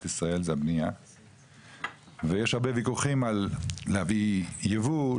ישראל זה הבנייה ויש הרבה וויכוחים על להביא ייבוא,